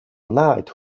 knight